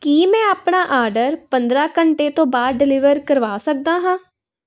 ਕੀ ਮੈਂ ਆਪਣਾ ਆਰਡਰ ਪੰਦਰ੍ਹਾਂ ਘੰਟੇ ਤੋਂ ਬਾਅਦ ਡਿਲੀਵਰ ਕਰਵਾ ਸਕਦਾ ਹਾਂ